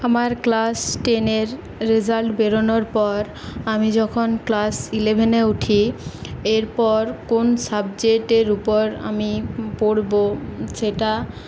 আমার ক্লাস টেনের রেজাল্ট বেরোনোর পর আমি যখন ক্লাস ইলেভেনে উঠি এরপর কোন সাবজেক্টের উপর আমি পড়ব সেটা